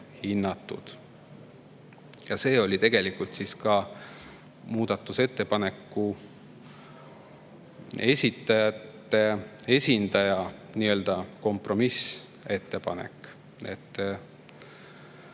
Ja see oli tegelikult muudatusettepaneku esitajate esindaja kompromissettepanek.